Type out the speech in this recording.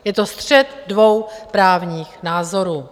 Je to střet dvou právních názorů.